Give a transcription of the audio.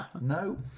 No